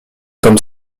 comme